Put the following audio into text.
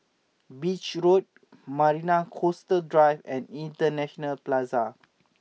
Beach Road Marina Coastal Drive and International Plaza